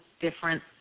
different